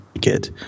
get